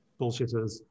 bullshitters